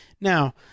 Now